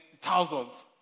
Thousands